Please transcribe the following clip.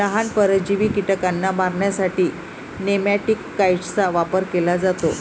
लहान, परजीवी कीटकांना मारण्यासाठी नेमॅटिकाइड्सचा वापर केला जातो